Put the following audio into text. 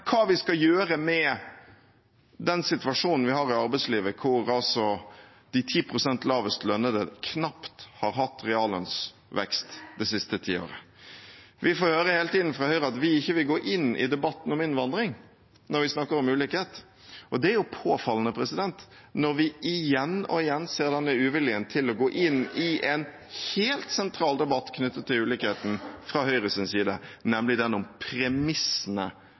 hva vi skal gjøre med den situasjonen vi har i arbeidslivet, der de 10 pst. lavest lønnede knapt har hatt reallønnsvekst det siste tiåret Vi får høre hele tiden fra Høyre at vi ikke vil gå inn i debatten om innvandring når vi snakker om ulikhet, og det er jo påfallende når vi igjen og igjen ser denne uviljen fra Høyres side til å gå inn i en helt sentral debatt knyttet til ulikhetene, nemlig den om premissene